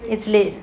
it's late